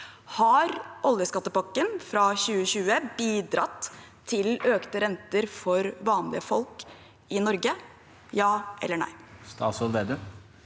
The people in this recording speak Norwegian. Har oljeskattepakken fra 2020 bidratt til økte renter for vanlige folk i Norge – ja eller nei? Statsråd